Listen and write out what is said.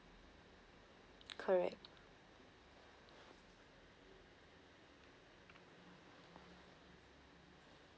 correct